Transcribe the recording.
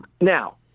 Now